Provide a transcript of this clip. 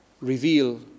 reveal